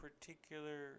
particular